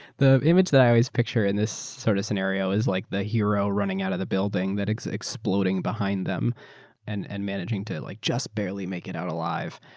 the image that i always picture in this sort of scenario. it's like the hero running out the building that is exploding behind them and and managing to like just barely make it out alive.